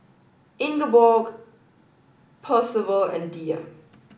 Ingeborg Percival and Diya